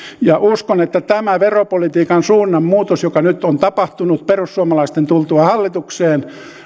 uskon että tämä veropolitiikan suunnanmuutos joka nyt on tapahtunut perussuomalaisten tultua hallitukseen